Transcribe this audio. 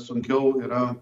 sunkiau yra